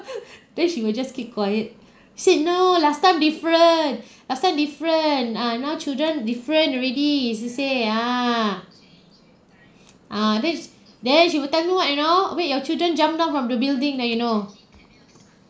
then she will just keep quiet said no last time different last time different ah now children different already is not the same ah ah that's then she will tell me what you know wait your children jumped from the building then you know